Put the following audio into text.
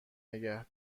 نگه